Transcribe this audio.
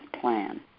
plan